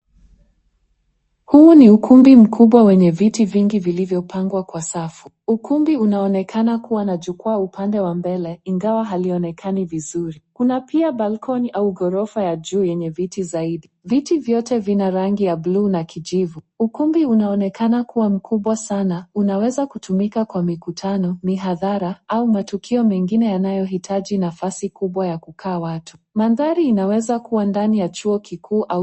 Huu ni ukumbi mkubwa wenye viti vingi vilivyopangwa kwa safu. Ukumbi unaonekana kuwa na jukwaa upande wa mbele ingawa halionekani vizuri. Kuna pia balkoni au ghorofa ya juu yenye viti zaidi. Viti vyote vina rangi ya bluu na kijivu. Ukumbi unaonekana kuwa mkubwa sana, unaweza kutumika kwa mikutano, mihadhara au matukio mengine yanayohitaji nafasi kubwa ya kukaa watu. Mandhari inaweza kuwa ndani ya chuo kikuu au.